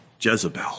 Jezebel